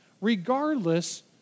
regardless